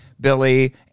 Billy